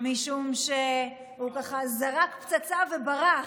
משום שהוא ככה זרק פצצה וברח,